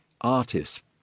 artists